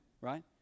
right